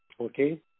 okay